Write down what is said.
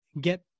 get